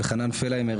אלחנן פלהיימר,